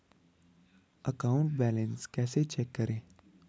Account balance कैसे check करें?